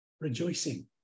rejoicing